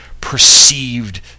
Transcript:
perceived